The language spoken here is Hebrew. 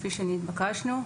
כפי שנתבקשנו,